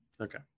Okay